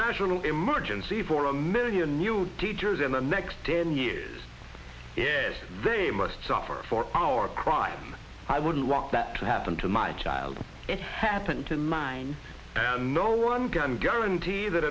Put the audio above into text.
national emergency for a million new teachers in the next ten years they must suffer for our crime i wouldn't want that to happen to my child it happened to mine no one can guarantee that